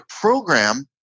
program